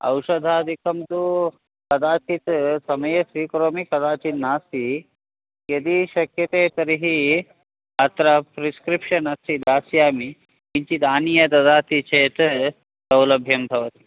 औषधादिकं तु कदाचित् समये स्वीकरोमि कदाचित् नास्ति यदि शक्यते तर्हि अत्र प्रिस्क्रिप्षन् अस्ति दास्यामि किञ्चिदानीय ददाति चेत् सौलभ्यं भव